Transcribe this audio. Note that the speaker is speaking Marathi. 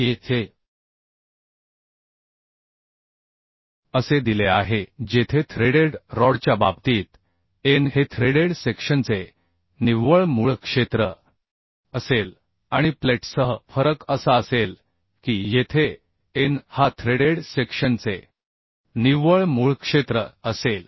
येथे असे दिले आहे जेथे थ्रेडेड रॉडच्या बाबतीत एन हे थ्रेडेड सेक्शनचे निव्वळ मूळ क्षेत्र असेल आणि प्लेटसह फरक असा असेल की येथे एन हा थ्रेडेड सेक्शनचे निव्वळ मूळ क्षेत्र असेल